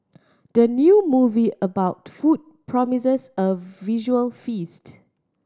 the new movie about food promises a visual feast